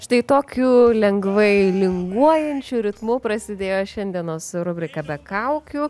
štai tokiu lengvai linguojančiu ritmu prasidėjo šiandienos rubrika be kaukių